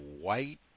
white